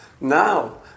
now